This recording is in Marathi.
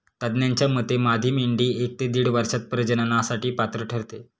तज्ज्ञांच्या मते मादी मेंढी एक ते दीड वर्षात प्रजननासाठी पात्र ठरते